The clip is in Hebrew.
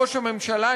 ראש הממשלה,